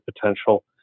potential